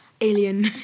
Alien